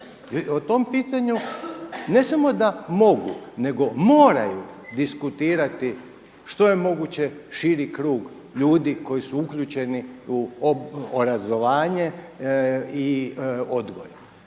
o tom pitanju ne samo da mogu nego moraju diskutirati što je moguće širi krug ljudi koji su uključeni u obrazovanje i odgoj.